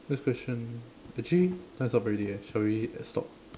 next question actually time's up already eh sorry stop